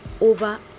over